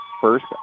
First